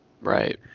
right